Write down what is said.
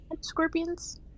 Scorpions